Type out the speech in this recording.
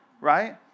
right